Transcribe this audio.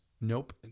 nope